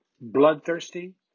bloodthirsty